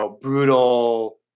brutal